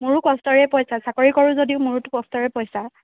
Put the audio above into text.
মোৰো কষ্টৰে পইচা চাকৰি কৰোঁ যদিও মোৰোতো কষ্টৰে পইচা